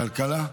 כלכלה?